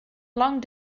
long